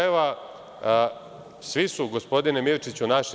Svi su, gospodine Mirčiću naši.